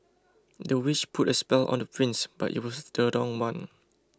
the witch put a spell on the prince but it was the wrong one